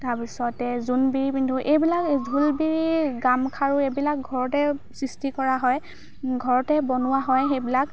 তাৰপিছতে জোনবিৰি পিন্ধোঁ এইবিলাক ঢোলবিৰি গামখাৰু এইবিলাক ঘৰতে সৃষ্টি কৰা হয় ঘৰতে বনোৱা হয় সেইবিলাক